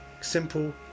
Simple